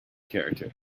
character